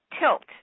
tilt